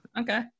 Okay